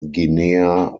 guinea